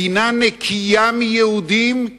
מדינה נקייה מיהודים,